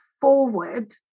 forward